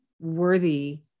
worthy